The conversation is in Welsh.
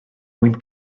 mwyn